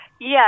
Yes